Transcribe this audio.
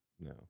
No